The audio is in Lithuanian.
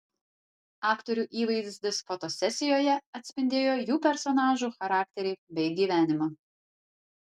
aktorių įvaizdis fotosesijoje atspindėjo jų personažų charakterį bei gyvenimą